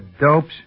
dopes